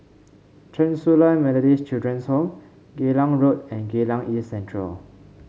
Chen Su Lan Methodist Children's Home Geylang Road and Geylang East Central